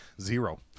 Zero